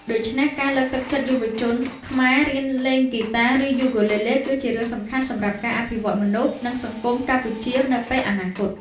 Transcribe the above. ដូច្នេះ ការលើកទឹកចិត្តឲ្យយុវជនខ្មែរ រៀនលេងហ្គីតា ឬ យូគូលេលេ គឺជារឿងសំខាន់សម្រាប់ការអភិវឌ្ឍមនុស្ស និងសង្គមកម្ពុជា នៅពេលអនាគត។